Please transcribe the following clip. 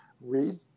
read